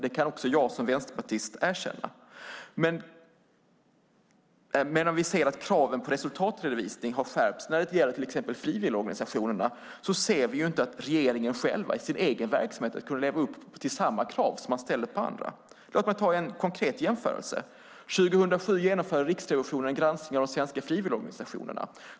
Det kan även jag som vänsterpartist erkänna. Men samtidigt som vi ser att kraven på resultatredovisning har skärpts, exempelvis vad gäller frivilligorganisationerna, ser vi inte att regeringen i sin egen verksamhet har levt upp till samma krav som man ställer på andra. Låt mig ge ett konkret exempel. År 2007 genomförde Riksrevisionen en granskning av de svenska frivilligorganisationerna.